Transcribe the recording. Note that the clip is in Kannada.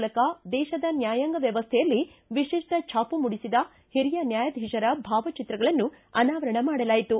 ಮೂಲಕ ದೇಶದ ನ್ಯಾಯಾಂಗ ವ್ಯವಸ್ಥೆಯಲ್ಲಿ ವಿಶಿಷ್ಟ ಭಾಮ ಮೂಡಿಸಿದ ಹಿರಿಯ ನ್ಯಾಯಾಧೀಶರ ಭಾವ ಚಿತ್ರಗಳನ್ನು ಅನಾವರಣ ಮಾಡಲಾಯಿತು